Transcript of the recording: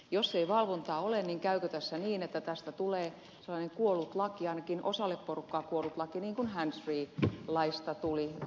jos ei valvontaa ole niin käykö tässä niin että tästä tulee sellainen kuollut laki ainakin osalle porukkaa kuollut laki niin kuin handsfree laista tuli